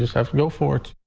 have to go for it.